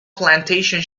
plantation